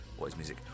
whatismusic